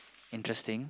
interesting